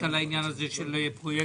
אמר חבר הכנסת מיכאל ביטון שזה מכל הסוגים.